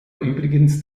übrigens